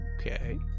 Okay